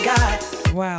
Wow